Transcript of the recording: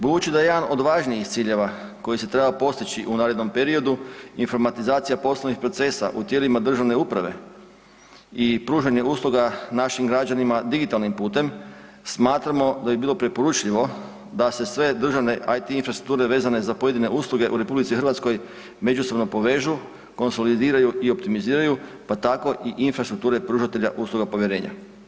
Budući da je jedan od važnijih ciljeva koji se treba postići u narednom periodu informatizacija poslovnih procesa u tijelima državne uprave i pružanje usluga našim građanima digitalnim putem, smatramo da bi bilo preporučljivo da se sve državne IT infrastrukture vezane za pojedine usluge u RH međusobno povežu, konsolidiraju i optimiziraju, pa tako i infrastrukture pružatelja usluga povjerenja.